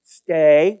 stay